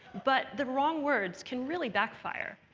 but the wrong words can really backfire.